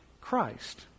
Christ